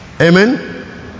Amen